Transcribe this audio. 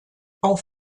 auf